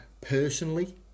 personally